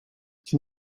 can